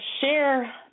share